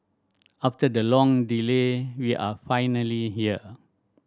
after the long delay we are finally here